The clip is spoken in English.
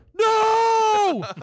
No